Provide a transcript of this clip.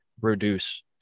reduce